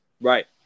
Right